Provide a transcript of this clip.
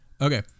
Okay